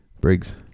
Briggs